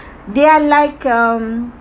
they're like um